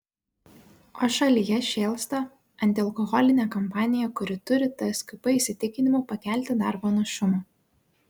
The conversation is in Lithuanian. o šalyje šėlsta antialkoholinė kampanija kuri turi tskp įsitikinimu pakelti darbo našumą